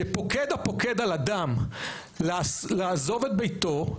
שפוקד הפוקד על אדם לעזוב את ביתו,